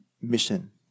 mission